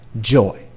joy